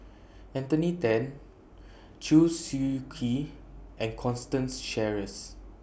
Anthony Then Chew Swee Kee and Constance Sheares